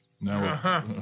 Now